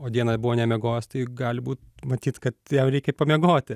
o dieną buvo nemiegojęs tai gali būt matyt kad jam reikia pamiegoti